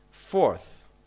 fourth